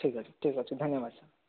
ଠିକ୍ ଅଛି ଠିକ୍ ଅଛି ଧନ୍ୟବାଦ ସାର୍